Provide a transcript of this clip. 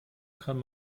kann